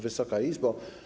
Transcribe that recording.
Wysoka Izbo!